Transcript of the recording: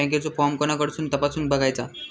बँकेचो फार्म कोणाकडसून तपासूच बगायचा?